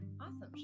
Awesome